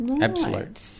absolute